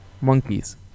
monkeys